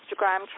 Instagram